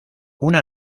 una